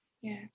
Yes